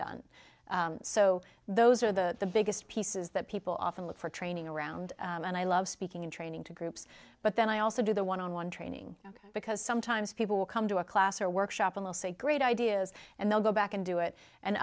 done so those are the the biggest pieces that people often look for training around and i love speaking in training to groups but then i also do the one on one training because sometimes people will come to a class or workshop will say great ideas and they'll go back and do a it and